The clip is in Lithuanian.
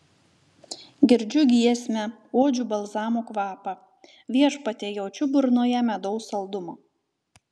girdžiu giesmę uodžiu balzamo kvapą viešpatie jaučiu burnoje medaus saldumą